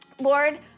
Lord